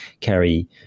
carry –